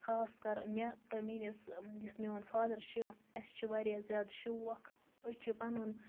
خاص کر مےٚ تہٕ میٲنِس یُس میٛون فادر چھُ اَسہِ چھُ واریاہ زیادٕ شوق أسۍ چھِ پَنُن